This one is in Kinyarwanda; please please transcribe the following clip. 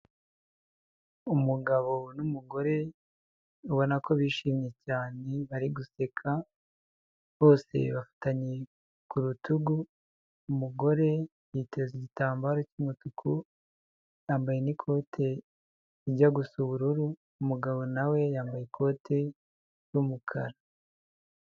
Umugabo n'umugore ubona ko bishimye cyane bari guseka, bose bafatanye ku rutugu, umugore yiteze igitambaro cy'umutuku yambaye n'ikote rijya gusa ubururu, umugabo na we yambaye ikote ry'umukara.